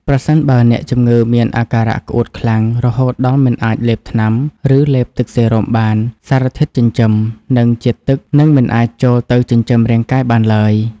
ប្រសិនបើអ្នកជំងឺមានអាការៈក្អួតខ្លាំង រហូតដល់មិនអាចលេបថ្នាំ ឬលេបទឹកសេរ៉ូមបាន សារធាតុចិញ្ចឹម និងជាតិទឹកនឹងមិនអាចចូលទៅចិញ្ចឹមរាងកាយបានឡើយ។